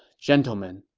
gentlemen,